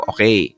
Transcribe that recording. Okay